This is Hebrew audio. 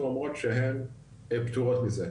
ואומרים שהם פטורים מזה.